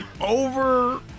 over